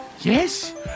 Yes